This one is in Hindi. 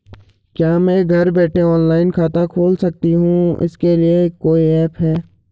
क्या मैं घर बैठे ऑनलाइन खाता खोल सकती हूँ इसके लिए कोई ऐप है?